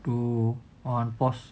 two on pause